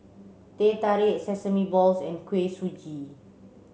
Teh Tarik sesame balls and Kuih Suji